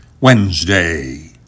Wednesday